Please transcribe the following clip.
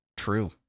True